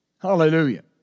Hallelujah